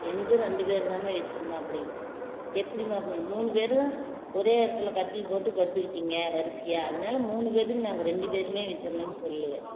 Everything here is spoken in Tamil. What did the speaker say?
என்னது ரெண்டுபேருந்தாம்மா விசுறுனோம் அப்படினுபேன் எப்படிம்மா அப்படின் மூணு பேரும் ஒரே இடத்துலு கட்டில் போட்டு படுத்துக்கிட்டீங்க வரிசையாக அதனால மூணு பேற்றுக்கும் நாங்கள் ரெண்டு பேரும் விசிறுனோன் சொல்லுவேன்